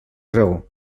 raó